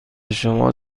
شما